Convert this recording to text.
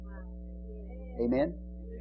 Amen